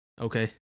Okay